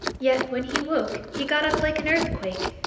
yet when he woke he got up like an earthquake,